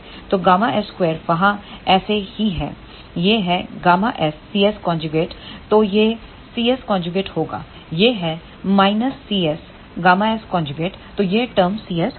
तो Γs2 वहाँ ऐसे ही है यह है Γs cs तो यह cs होगा यह है cs Γs तो यह टर्म cs होगा